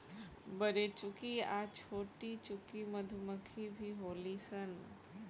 बरेचुकी आ छोटीचुकी मधुमक्खी भी होली सन